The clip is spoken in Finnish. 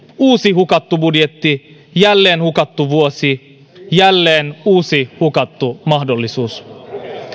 uusi hukattu budjetti jälleen hukattu vuosi jälleen uusi hukattu mahdollisuus